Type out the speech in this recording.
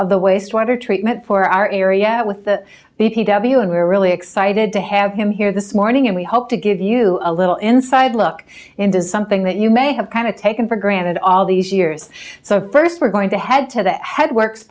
of the wastewater treatment for our area with the b p w and we're really excited to have him here this morning and we hope to give you a little inside look into something that you may have kind of taken for granted all these years so first we're going to head to that head works